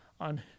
on